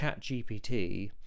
ChatGPT